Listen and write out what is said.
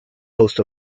host